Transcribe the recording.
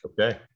Okay